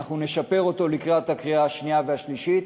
אנחנו נשפר אותו לקראת הקריאה השנייה והשלילית.